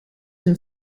een